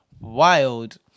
Wild